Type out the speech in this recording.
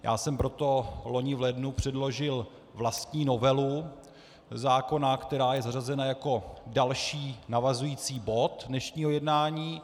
Já jsem proto loni v lednu předložil vlastní novelu zákona, která je zařazena jako další, navazující bod dnešního jednání.